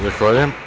Zahvaljujem.